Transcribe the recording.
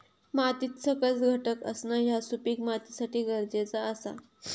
मातीत सकस घटक असणा ह्या सुपीक मातीसाठी गरजेचा आसा